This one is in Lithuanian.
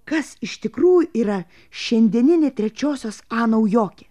kas iš tikrųjų yra šiandieninė trečiosios a naujokė